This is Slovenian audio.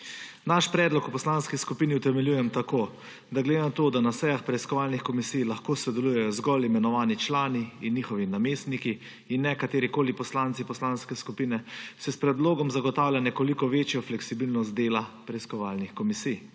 Naš predlog v poslanski skupini utemeljujem tako, da glede na to, da na sejah preiskovalnih komisij lahko sodelujejo zgolj imenovani člani in njihovi namestniki in ne katerikoli poslanci poslanske skupine, se s predlogom zagotavlja nekoliko večja fleksibilnost dela preiskovalnih komisij.